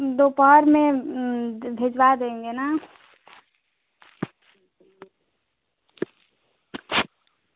दोपहर में भिजवा देंगे ना